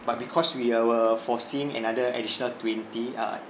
but because we uh were foreseeing another additional twenty uh